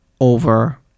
over